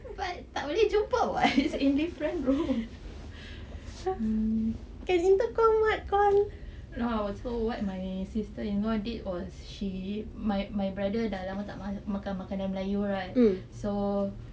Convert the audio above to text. but tak boleh jumpa [what] is in different room so what my sister-in-law did was she my my brother dah lama tak makan makanan melayu right so